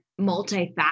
multifaceted